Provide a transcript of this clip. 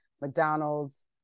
McDonald's